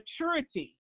maturity